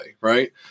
Right